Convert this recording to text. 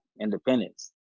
independence